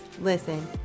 listen